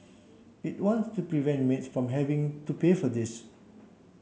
it wants to prevent maids from having to pay for this